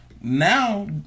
Now